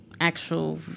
actual